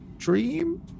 dream